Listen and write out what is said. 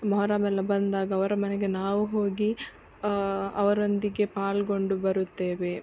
ಮೊಹರಮ್ ಎಲ್ಲಾ ಬಂದಾಗ ಅವರ ಮನೆಗೆ ನಾವು ಹೋಗಿ ಅವರೊಂದಿಗೆ ಪಾಲ್ಗೊಂಡು ಬರುತ್ತೇವೆ